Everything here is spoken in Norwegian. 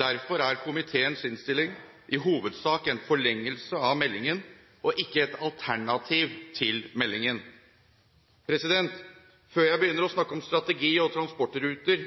Derfor er komiteens innstilling i hovedsak en forlengelse av meldingen og ikke et alternativ til meldingen. Før jeg begynner å snakke om strategi og transportruter